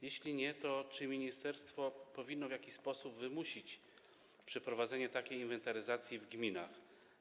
Jeśli nie, to czy ministerstwo powinno w jakiś sposób wymusić przeprowadzenie takiej inwentaryzacji w gminach?